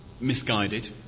misguided